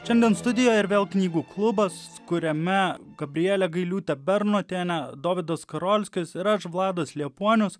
šiandien studijoje ir vėl knygų klubas kuriame gabrielė gailiūtė bernotienė dovydas skarolskis ir aš vladas liepuonius